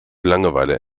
langeweile